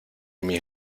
mis